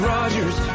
Rogers